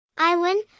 IWIN